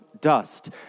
dust